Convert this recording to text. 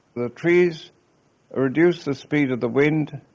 the trees reduce the speed of the wind,